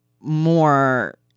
more